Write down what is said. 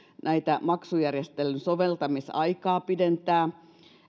maksujärjestelyn soveltamisaikaa pidentää